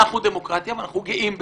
אנחנו דמוקרטיה, ואנחנו גאים בזה,